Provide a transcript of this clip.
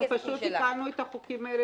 פשוט התאמנו את החוקים האלה